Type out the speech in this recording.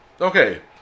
Okay